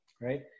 Right